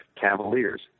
Cavaliers